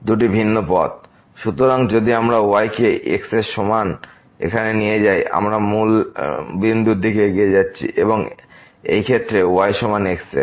দুটি ভিন্ন পথ সুতরাং যদি আমরা y কে x এরসমান এখানে নিয়ে যাই আমরা মূলের দিকে এগিয়ে যাচ্ছি এবং এই ক্ষেত্রে যখন y সমান x এর